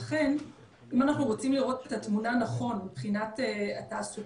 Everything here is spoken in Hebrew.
לכן אם אנחנו רוצים לראות את התמונה נכון מבחינת התעסוקה,